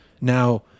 Now